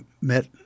met